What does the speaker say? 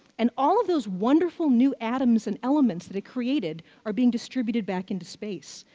and all of those wonderful new atoms and elements that it created are being distributed back into space.